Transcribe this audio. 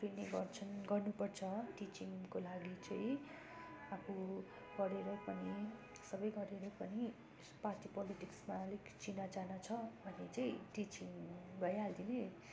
पक्रिने गर्छन् गर्नु पर्छ टिचिङको लागि चाहिँ अब पढेर पनि सबै गरेर पनि पार्टी पोलिटिक्समा अलिक चिना जाना छ भने चाहिँ टिचिङ भइहालिदिने